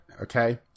okay